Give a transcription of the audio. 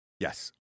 yes